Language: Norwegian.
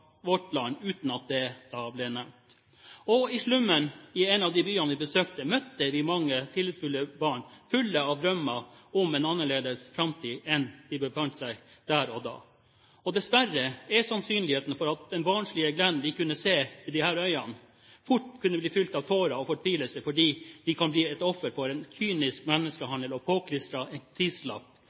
vårt land, uten at det ble nevnt. I slummen i en av de byene vi besøkte, møtte vi mange tillitsfulle barn fulle av drømmer om en annerledes framtid enn de befant seg i der og da. Dessverre er det sannsynlig at den barnslige gleden vi kunne se i disse øynene, fort kan bli fylt av tårer og fortvilelse, fordi de kan bli ofre for en kynisk menneskehandel og påklistret en